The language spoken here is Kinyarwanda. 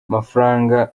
amafaranga